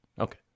Okay